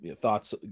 thoughts